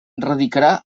radicarà